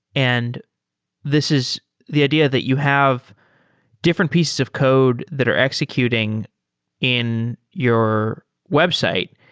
and this is the idea that you have different pieces of code that are executing in your website.